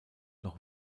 noch